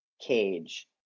Cage